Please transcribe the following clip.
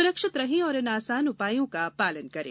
सुरक्षित रहें और इन आसान उपायों का पालन करें